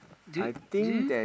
do do you